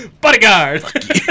Bodyguard